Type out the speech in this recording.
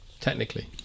technically